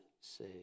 say